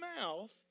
mouth